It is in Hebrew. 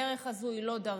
והדרך הזו היא לא דרכי.